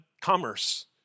commerce